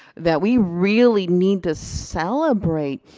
that we really need to celebrate,